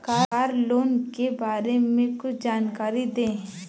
Car loan के बारे में कुछ जानकारी दें?